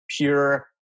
pure